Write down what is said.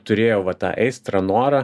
turėjau va tą aistrą norą